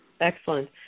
Excellent